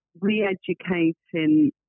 re-educating